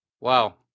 Wow